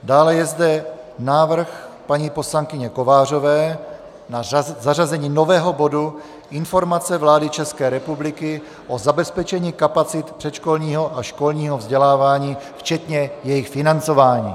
Dále je zde návrh paní poslankyně Kovářové na zařazení nového bodu Informace vlády ČR o zabezpečení kapacit předškolního a školního vzdělávání, včetně jejich financování.